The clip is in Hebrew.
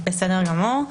בסדר גמור.